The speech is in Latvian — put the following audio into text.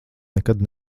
nekad